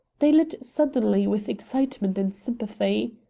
they lit suddenly with excitement and sympathy.